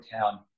town